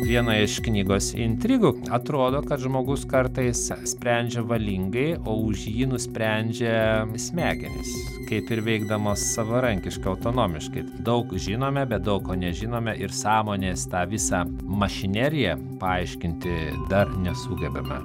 viena iš knygos intrigų atrodo kad žmogus kartais sprendžia valingai o už jį nusprendžia smegenys kaip ir veikdamos savarankiškai autonomiškai daug žinome bet daug ko nežinome ir sąmonės tą visą mašineriją paaiškinti dar nesugebame